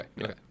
okay